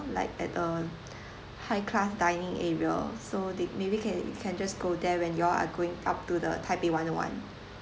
like at a high class dining area so they maybe can you can just go there when you all are going up to the taipei one O one